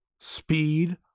speed